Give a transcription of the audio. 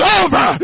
over